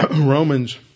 Romans